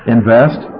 Invest